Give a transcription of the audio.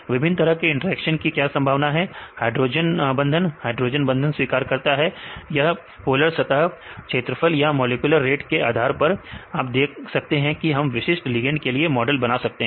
विभिन्न तरह के इंटरेक्शन की क्या संभावना है हाइड्रोजन बंधन दाता हाइड्रोजन बंधन स्वीकार करता या पॉलर सतह क्षेत्रफल या मॉलिक्यूलर रेट के आधार पर आप देख सकते हैं कि हम एक विशिष्ट लिगेंड के लिए मॉडल बना सकते हैं